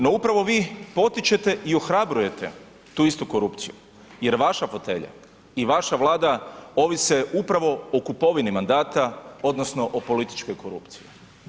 No upravo vi potičete i ohrabrujete tu istu korupciju jer vaša fotelja i vaša Vlada ovise upravo o kupovini mandata odnosno o političkoj korupciji.